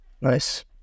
Nice